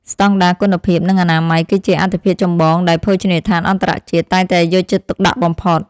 ស្តង់ដារគុណភាពនិងអនាម័យ គឺជាអាទិភាពចម្បងដែលភោជនីយដ្ឋានអន្តរជាតិតែងតែយកចិត្តទុកដាក់បំផុត។